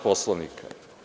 Poslovnika.